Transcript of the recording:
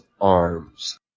arms